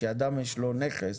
כשלאדם יש נכס,